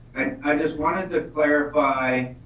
i just wanted to clarify,